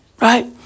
Right